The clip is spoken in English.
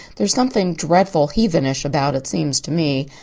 there's something dreadful heathenish about it, seems to me.